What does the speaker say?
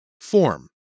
Form